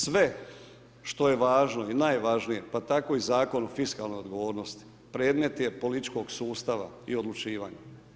Sve što je važno i najvažnije, pa tako i Zakon o fiskalnoj odgovornosti predmet je političkog sustava i odlučivanja.